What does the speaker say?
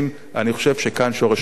אני חושב שכאן שורש הבעיה.